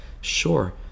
sure